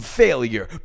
failure